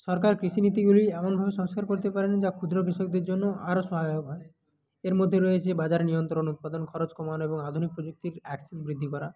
সরকার কৃষি নীতিগুলি এমনভাবে সংস্কার করতে পারেন যা ক্ষুদ্র কৃষকদের জন্য আরো সহায়ক হয় এর মধ্যে রয়েছে বাজার নিয়ন্ত্রণ উৎপাদন খরচ কমানো এবং আধুনিক প্রযুক্তির অ্যাক্সেস বৃদ্ধি করা